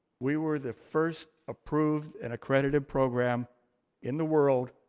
we were the first approved and accredited program in the world,